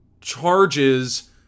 charges